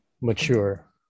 Mature